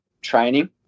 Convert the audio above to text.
training